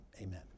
Amen